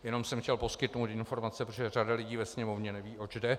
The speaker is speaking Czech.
Jenom jsem chtěl poskytnout informace, protože řada lidí ve Sněmovně neví, oč jde.